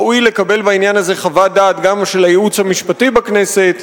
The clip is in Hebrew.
שראוי לקבל בעניין הזה חוות-דעת גם של הייעוץ המשפטי בכנסת,